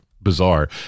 bizarre